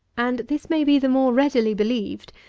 and this may be the more readily believed,